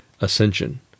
ascension